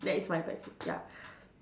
that is my passive ya